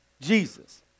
Jesus